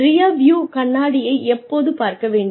rear-view கண்ணாடியை எப்போது பார்க்க வேண்டும்